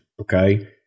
Okay